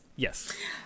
yes